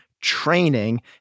training